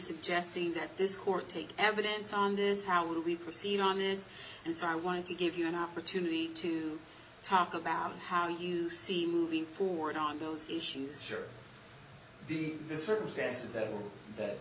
suggesting that this court take evidence on this how would we proceed on this and so i wanted to give you an opportunity to talk about how you see moving forward on those issues or the this circumstances that were